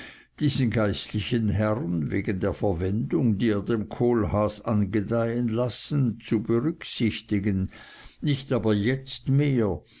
diesen geistlichen herrn wegen der verwendung die er dem kohlhaas angedeihen lassen zu berücksichtigen nicht aber jetzt mehr